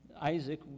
Isaac